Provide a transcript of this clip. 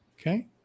Okay